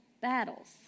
battles